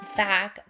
back